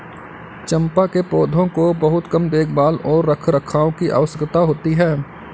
चम्पा के पौधों को बहुत कम देखभाल और रखरखाव की आवश्यकता होती है